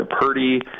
Purdy